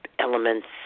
elements